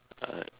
uh